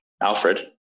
Alfred